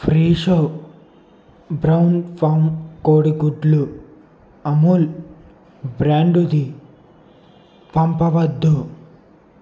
Fresho brown farm కోడిగుడ్లు అమూల్ బ్రాండుది పంపవద్దు